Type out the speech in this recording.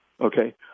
okay